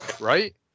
right